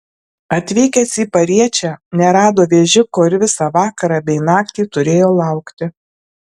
atvykęs į pariečę nerado vežiko ir visą vakarą bei naktį turėjo laukti